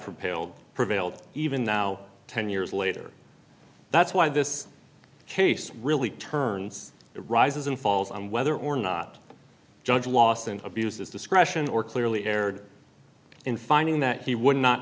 propelled prevailed even now ten years later that's why this case really turns it rises and falls on whether or not judge lawson abused his discretion or clearly erred in finding that he would not